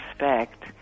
respect—